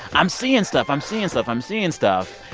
i'm seeing stuff, i'm seeing stuff, i'm seeing stuff.